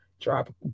drop